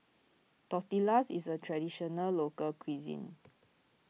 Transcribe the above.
Tortillas is a Traditional Local Cuisine